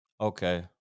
Okay